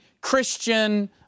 Christian